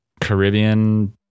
Caribbean